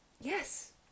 Yes